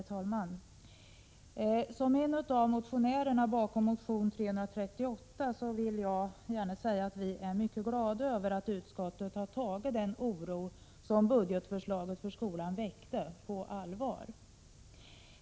Herr talman! Som en av motionärerna bakom motion Ub338 vill jag gärna säga att vi är mycket glada över att utskottet har tagit den oro, som regeringens budgetförslag för skolan väckte, på allvar.